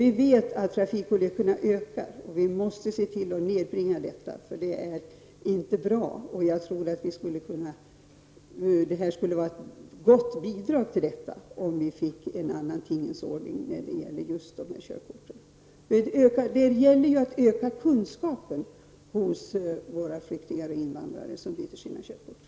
Vi vet att antalet trafikolyckor ökar, och vi måste se till att nedbringa dessa, eftersom det inte är bra. Jag tror att det skulle bli ett gott bidrag om det blev en annan tingens ordning när det gäller just körkort. Det gäller att öka kunskapen hos våra flyktingar och invandrare som byter ut sina körkort.